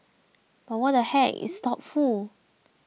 but what the heck it's thoughtful